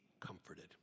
comforted